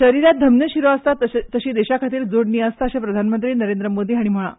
शरिरांत धमन्यो शिरो आसतात तशी देशा खातीर जोडणी आसता अशें प्रधानमंत्री नरेंद्र मोदी हाणी सांगलां